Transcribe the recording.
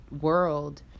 world